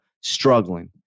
struggling